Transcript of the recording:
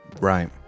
right